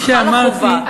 כפי שאמרתי,